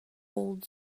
old